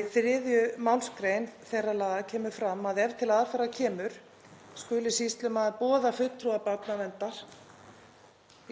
Í 3. mgr. þeirra laga kemur fram að ef til aðfarar kemur skuli sýslumaður boða fulltrúa barnaverndar